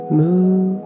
move